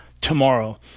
tomorrow